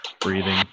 Breathing